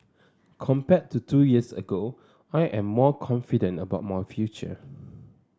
compared to two years ago I am more confident about my future